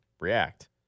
react